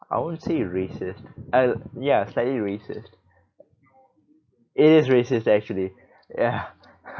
I won't say racist uh ya slightly racist it is racist actually ya